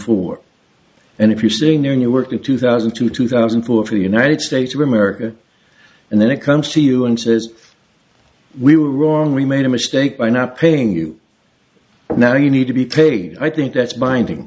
four and if you're seeing their new work in two thousand to two thousand and four for the united states of america and then it comes to you and says we were wrong we made a mistake by not paying you now you need to be paid i think that's binding